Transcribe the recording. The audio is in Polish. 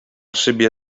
szybie